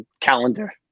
calendar